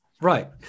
Right